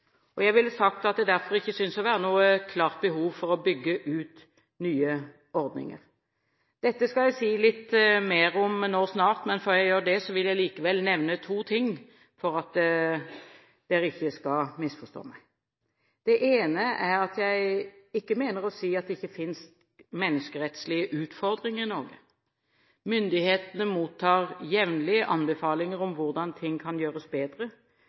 Jeg ville sagt at det derfor ikke synes å være noe klart behov for å bygge ut nye ordninger. Dette skal jeg si litt mer om nå snart. Men før jeg gjør det, vil jeg likevel nevne to ting for at dere ikke skal misforstå meg. Det ene er at jeg ikke mener å si at det ikke finnes menneskerettslige utfordringer i Norge. Myndighetene mottar jevnlig anbefalinger om hvordan ting kan gjøres bedre,